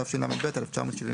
התשל"ב-1972.